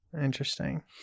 Interesting